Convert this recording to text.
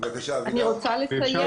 אני רוצה לומר